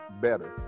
better